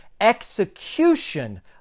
execution